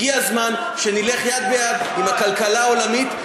הגיע הזמן שנלך יד ביד עם הכלכלה העולמית,